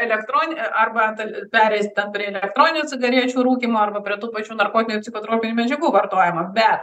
elektron arba dal pereis prie elektroninių cigarečių rūkymo arba prie tų pačių narkotinių psichotropinių medžiagų vartojimo bet